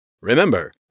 Remember